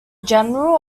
general